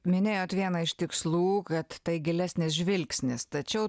minėjot vieną iš tikslų kad tai gilesnis žvilgsnis tačiau